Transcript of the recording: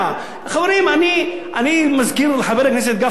חברים, אני מזכיר לחבר הכנסת גפני, הוא פה?